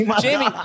Jamie